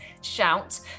shout